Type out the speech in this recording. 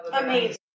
Amazing